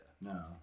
no